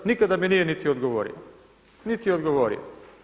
Nikada mi nije niti odgovorio, niti odgovorio.